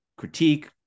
critique